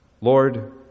Lord